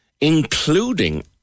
including